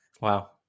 Wow